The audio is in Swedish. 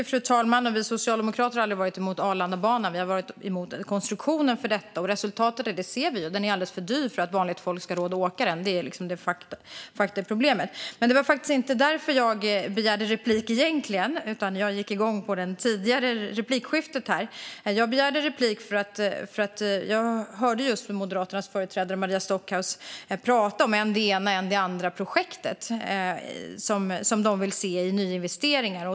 Fru talman! Vi socialdemokrater har aldrig varit emot Arlandabanan, utan vi har varit emot konstruktionen. Resultatet ser vi. Den är alldeles för dyr för att vanligt folk ska ha råd att åka den. Det är de facto problemet. Men det var inte för denna sak jag begärde replik, utan jag gick igång på det tidigare replikskiftet. Jag begärde replik för att jag just hörde Moderaternas företrädare Maria Stockhaus prata om än det ena än det andra projektet som man vill se i nyinvesteringar.